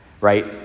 right